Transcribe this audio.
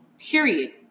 period